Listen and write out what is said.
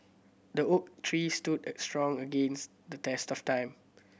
the oak tree stood strong against the test of time